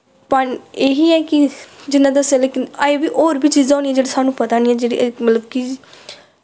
पान एह् ही ऐ कि जियां दस्सेआ लेकिन अजें बी होर बी चीजां होनियां जेह्ड़ियां सानूं पता निं जेह्ड़ी मतलब कि